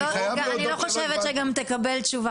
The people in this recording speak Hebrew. אני חושבת שיהיה בזה שינוי תודעה